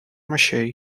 maché